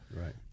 Right